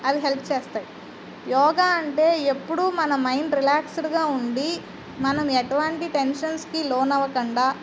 అవి హెల్ప్ చేస్తాయి యోగ అంటే ఎప్పుడూ మన మైండ్ రిలాక్స్డ్గా ఉండి మనం ఎటువంటి టెన్షన్స్కి లోనవ్వకండా